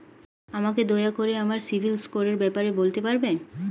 আমাকে দয়া করে আমার সিবিল স্কোরের ব্যাপারে বলতে পারবেন?